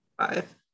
Five